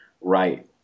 right